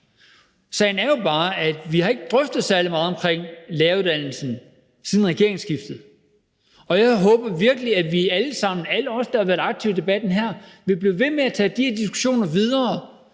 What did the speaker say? Sagen er jo bare, at vi ikke har drøftet læreruddannelsen særlig meget siden regeringsskiftet. Jeg håber virkelig, at vi alle sammen, alle os, der har været aktive i debatten her, vil blive ved og tage de her diskussioner med videre,